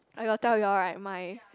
I got tell you all right my